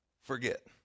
forget